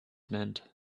meant